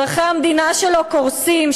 אזרחי המדינה שלו קורסים,